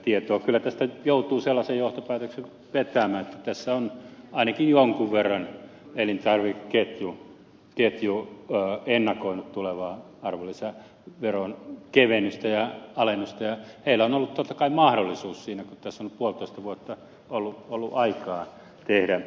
kyllä tästä nyt joutuu sellaisen johtopäätöksen vetämään että tässä on ainakin jonkun verran elintarvikeketju ennakoinut tulevaa arvonlisäveron kevennystä ja alennusta ja heillä on ollut totta kai mahdollisuus siinä kun tässä on nyt puolitoista vuotta ollut aikaa tehdä näin